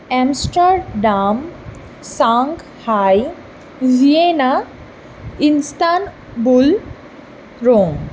Amsterdam Shanghai Vienna Istanbul Rome